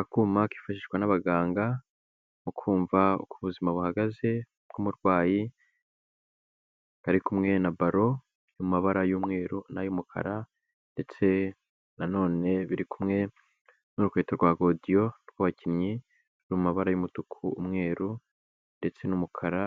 Akuma kifashishwa n'abaganga mu kumva uko ubuzima buhagaze bw'umurwayi, kari kumwe na baro mu mabara y'umweru n'ay'umukara, ndetse na none biri kumwe n'urukweto rwa godiyo rw'abakinnyi, ruri mu mabara y'umutuku, umweru ndetse n'umukara.